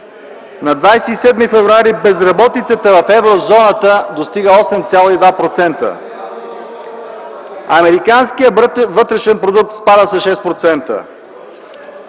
На 27 февруари безработицата в Еврозоната достига 8,2%. Американският брутен вътрешен продукт спада с 6%.